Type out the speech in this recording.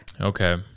Okay